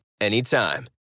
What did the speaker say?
anytime